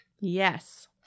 Yes